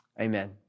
amen